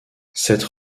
cette